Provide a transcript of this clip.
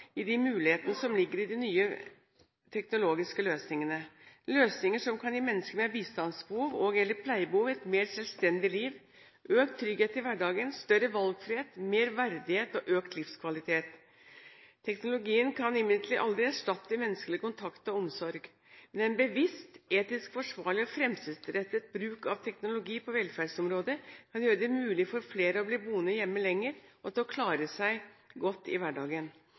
i de mulighetene som ligger i de nye teknologiske løsningene. Dette er løsninger som kan gi mennesker med bistandsbehov og/eller pleiebehov, et mer selvstendig liv, økt trygghet i hverdagen, større valgfrihet, mer verdighet og økt livskvalitet. Teknologien kan imidlertid aldri erstatte menneskelig kontakt og omsorg. Men en bevisst, etisk forsvarlig og fremtidsrettet bruk av teknologi på velferdsområdet, kan gjøre det mulig for flere å bli boende hjemme lenger og klare seg godt i hverdagen.